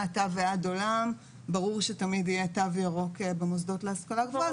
מעתה ועד עולם ברור שתמיד יהיה תו ירוק במוסדות להשכלה גבוהה.